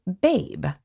babe